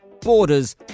borders